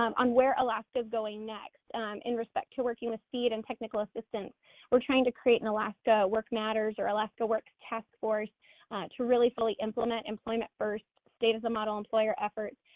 um on where alaska going next in respect to working with seed and technical assistance or trying to create an alaska work matters or alaska work task force to really fully implement employment first, state as a model employer effort,